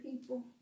people